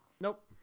Nope